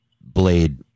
blade